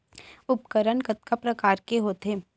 उपकरण कतका प्रकार के होथे?